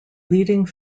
leading